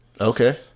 Okay